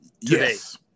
Yes